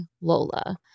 Lola